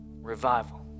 revival